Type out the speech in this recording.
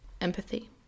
empathy